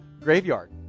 graveyard